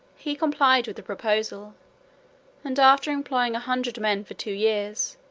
he complied with the proposal and after employing a hundred men for two years,